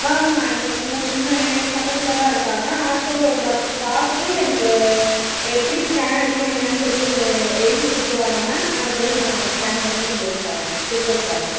ஆமாம் எனக்கு பக்கத்தில் தான் இருக்காங்க ஆர்த்தோ டாக்டர் பார்த்துட்டு எனக்கு எப்படி ஸ்கேன் எடுக்கணும் என்னான்னு சொல்லி எழுதி கொடுத்துருவாங்க மேம் அதுப்படி நான் ஸ்கேன் பண்ணி உங்களுக்கு தரேன் ரிப்போட் தரேன்